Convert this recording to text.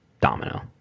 domino